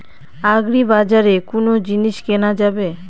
আগ্রিবাজারে কোন জিনিস কেনা যাবে?